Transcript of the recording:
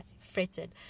fretted